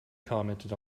commented